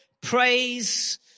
praise